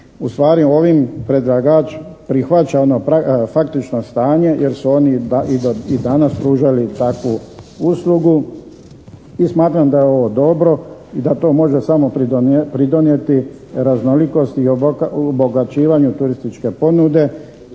Ustvari, ovim predlagač prihvaća ono faktično stanje jer su oni i do danas pružali takvu uslugu i smatram da je ovo dobro i da to može samo pridonijeti raznolikosti u obogaćivanju turističke ponude